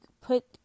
put